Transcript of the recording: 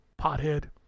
Pothead